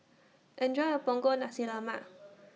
Enjoy your Punggol Nasi Lemak